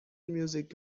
music